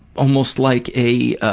almost like a